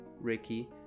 Ricky